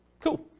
Cool